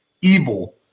evil